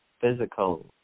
physical